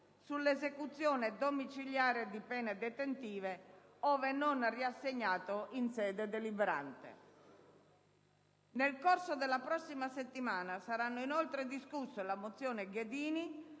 sull'esecuzione domiciliare di pene detentive, ove non riassegnato in sede deliberante. Nel corso della prossima settimana saranno inoltre discusse la mozione Ghedini